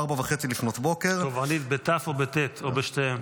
4:30 --- תובענית או טובענית או שתיהן?